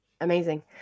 Amazing